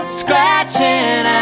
scratching